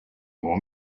want